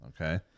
Okay